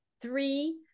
three